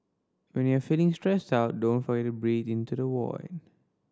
when you are feeling stressed out don't forget to breathe into the void